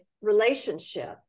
relationship